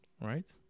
right